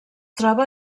troba